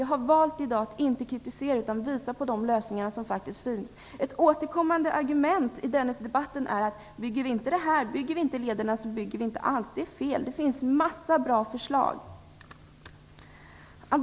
Jag har i dag valt att inte kritisera utan visa på de lösningar som faktiskt finns. Ett återkommande argument i Dennisdebatten brukar vara: Bygger vi inte de här lederna, bygger vi inte alls. Det är fel. Det finns en mängd bra förslag.